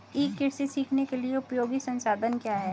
ई कृषि सीखने के लिए उपयोगी संसाधन क्या हैं?